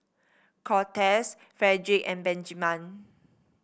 Cortez Fredric and Benjiman